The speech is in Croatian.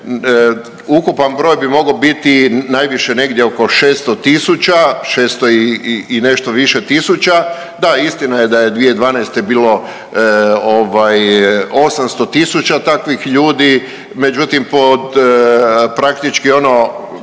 ukupan broj bi mogao biti najviše negdje oko 600 000, 6000 i nešto više tisuća. Da, istina je da je 2012. bilo 800 000 takvih ljudi. Međutim, pod praktički ono